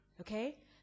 Okay